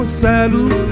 saddle